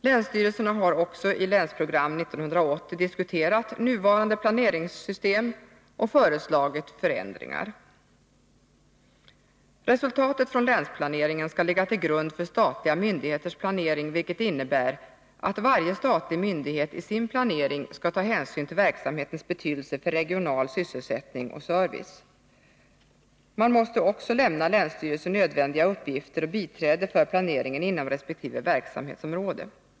Länsstyrelserna har också i Länsprogram 1980 diskuterat nuvarande planeringssystem och föreslagit förändringar. Resultatet från länsplaneringen skall ligga till grund för statliga myndigheters planering, vilket innebär att varje statlig myndighet i sin planering skall ta hänsyn till verksamhetens betydelse för regional sysselsättning och service. Man måste också lämna länsstyrelsen nödvändiga uppgifter och biträde för planeringen inom resp. verksamhetsområde.